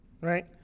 Right